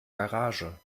garage